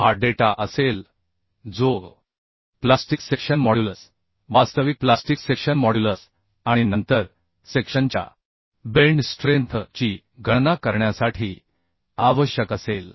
हा डेटा असेल जो प्लास्टिक सेक्शन मॉड्युलस वास्तविक प्लास्टिक सेक्शन मॉड्युलस आणि नंतर सेक्शनच्या बेंड स्ट्रेंथ ची गणना करण्यासाठी आवश्यक असेल